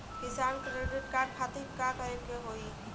किसान credit card खातिर का करे के होई?